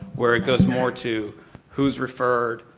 where it goes more to who is referred,